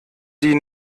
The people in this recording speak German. die